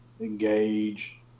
engage